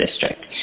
District